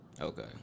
okay